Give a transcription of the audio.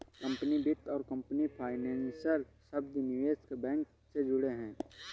company वित्त और company financer शब्द निवेश बैंक से जुड़े हैं